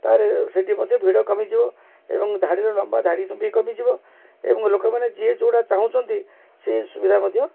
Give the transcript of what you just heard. ତାହାଲେ ସେଠି ମଧ୍ୟ ଭିଡ଼ କମିଯିବ ଏବଂ ଧାଡ଼ିର ଲମ୍ବା ଧାଡ଼ି ବି କମିଯିବ ଏବଂ ଲୋକମାନେ ଯିଏ ଯେଉଁଟା ଚାହୁଁଛନ୍ତି ସେଇ ସୁବିଧା ମଧ୍ୟ